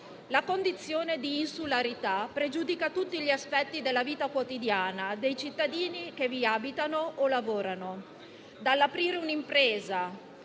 La condizione di insularità pregiudica tutti gli aspetti della vita quotidiana dei cittadini che vi abitano o lavorano. Dall'aprire un'impresa,